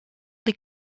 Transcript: die